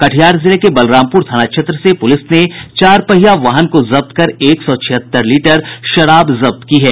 कटिहार जिले में बलरामपूर थाना क्षेत्र से पूलिस ने चारपहिया वाहन को जब्त कर एक सौ छिहत्तर लीटर विदेशी शराब जब्त की है